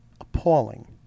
appalling